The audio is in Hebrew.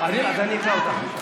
אותך.